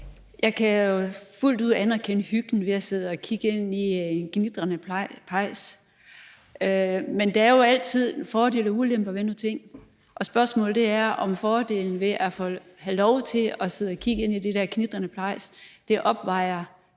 Jeg kan fuldt ud anerkende hyggen med at sidde og kigge ind i en knitrende pejs, men der er altid fordele og ulemper ved nogle ting. Og spørgsmålet er, om fordelen ved at have lov til at sidde og kigge ind i den der knitrende pejs opvejer